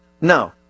No